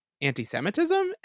anti-Semitism